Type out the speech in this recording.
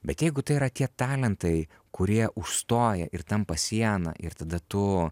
bet jeigu tai yra tie talentai kurie užstoja ir tampa siena ir tada tu